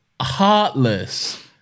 heartless